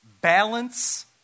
Balance